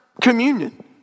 communion